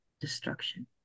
destruction